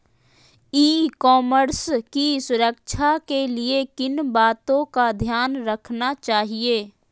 ई commerce की सुरक्षा के लिए किन बातों का ध्यान रखना चाहिए?